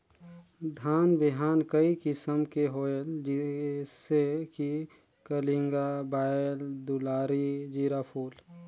धान बिहान कई किसम के होयल जिसे कि कलिंगा, बाएल दुलारी, जीराफुल?